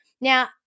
Now